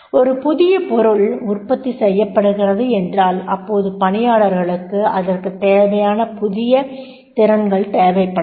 ஒரு புதிய பொருள் உற்பத்தி செய்யப்படுகிறது என்றால் அப்போது பணியாளர்களுக்கு அதற்குத் தேவையான புதிய திறன்கள் தேவைப்படலாம்